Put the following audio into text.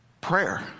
prayer